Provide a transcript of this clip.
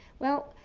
well,